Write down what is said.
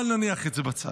אבל נניח את זה בצד.